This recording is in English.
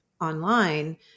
online